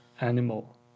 animal